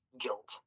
guilt